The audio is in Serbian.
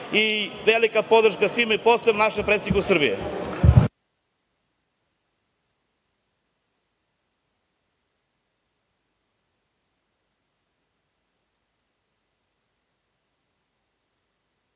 i velika podrška svima i posebno našem predsedniku Srbije.